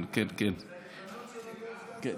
זאת ההזדמנות שלו להיות סגן שר, אולי.